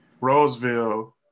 Roseville